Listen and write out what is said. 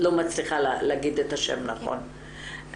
המשטרה וגם כל מי שצריך ייכנס לפיילוט הזה,